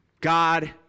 God